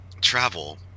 travel